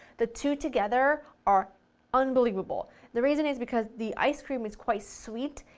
the two together are unbelievable the reason is because the ice cream is quite sweet,